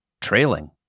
trailing